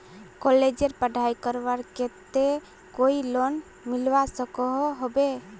कॉलेजेर पढ़ाई करवार केते कोई लोन मिलवा सकोहो होबे?